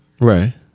Right